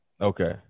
Okay